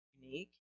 unique